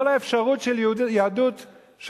כל האפשרות של יהדות,